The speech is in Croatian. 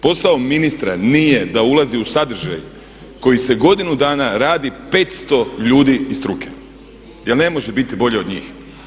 Posao ministra nije da ulazi u sadržaj koji se godinu dana radi, 500 ljudi iz struke, jer ne može biti bolji od njih.